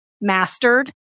mastered